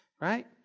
right